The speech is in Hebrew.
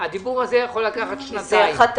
הדיבור הזה יכול לקחת שנתיים.